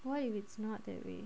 what if it's not that way